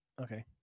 Okay